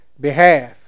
behalf